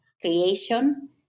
creation-